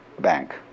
bank